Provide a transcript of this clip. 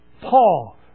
Paul